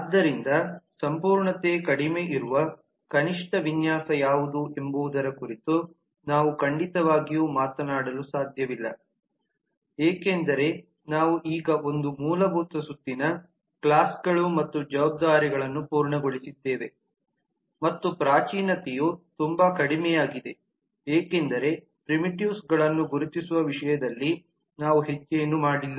ಆದ್ದರಿಂದ ಸಂಪೂರ್ಣತೆ ಕಡಿಮೆ ಇರುವ ಕನಿಷ್ಠ ವಿನ್ಯಾಸ ಯಾವುದು ಎಂಬುದರ ಕುರಿತು ನಾವು ಖಂಡಿತವಾಗಿಯೂ ಮಾತನಾಡಲು ಸಾಧ್ಯವಿಲ್ಲ ಏಕೆಂದರೆ ನಾವು ಈಗ ಒಂದು ಮೂಲಭೂತ ಸುತ್ತಿನ ಕ್ಲಾಸ್ಗಳು ಮತ್ತು ಜವಾಬ್ದಾರಿಗಳನ್ನು ಪೂರ್ಣಗೊಳಿಸಿದ್ದೇವೆ ಮತ್ತು ಪ್ರಾಚೀನತೆಯು ತುಂಬಾ ಕಡಿಮೆಯಾಗಿದೆ ಏಕೆಂದರೆ ಪ್ರಿಮಿಟಿವ್ಸ್ಗಳನ್ನು ಗುರುತಿಸುವ ವಿಷಯದಲ್ಲಿ ನಾವು ಹೆಚ್ಚೇನೂ ಮಾಡಿಲ್ಲ